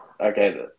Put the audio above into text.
okay